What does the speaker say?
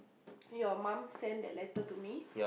your mum send that letter to me